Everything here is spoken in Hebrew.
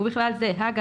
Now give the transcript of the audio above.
ובכלל זה הג"א,